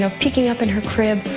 so peeking up in her crib,